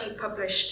published